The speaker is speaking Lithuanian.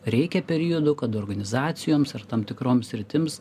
reikia periodų kada organizacijoms ir tam tikroms sritims